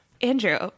Andrew